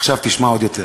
עכשיו תשמע עוד יותר: